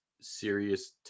serious